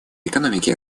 экономики